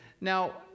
now